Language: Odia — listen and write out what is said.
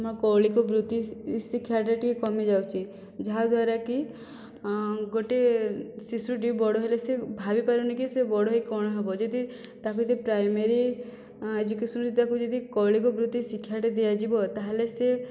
ନା କୌଳିକ ବୃତ୍ତି ଶିକ୍ଷାଟା ଟିକେ କମିଯାଉଛି ଯାହାଦ୍ୱାରା କି ଗୋଟିଏ ଶିଶୁଟି ବଡ଼ ହେଲେ ସେ ଭାବିପାରୁନି କି ସେ ବଡ଼ ହୋଇକି କଣ ହେବ ଯଦି ତାକୁ ଯଦି ପ୍ରାଇମେରୀ ଏଜୁକେଶନ୍ରୁ ତାକୁ ଯଦି କୌଳିକ ବୃତ୍ତି ଶିକ୍ଷାଟେ ଦିଆଯିବ ତା ହେଲେ ସିଏ